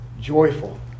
joyful